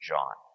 John